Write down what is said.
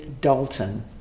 Dalton